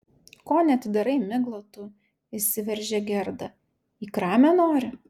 ko neatidarai migla tu įsiveržė gerda į kramę nori